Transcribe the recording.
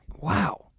Wow